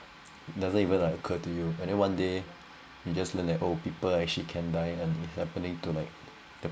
doesn't even like occur to you and then one day you just learn that oh people actually can die and it happening to like